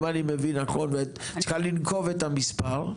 אם אני מבין נכון ואת צריכה לנקוב את המספר,